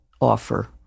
offer